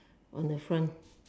on the front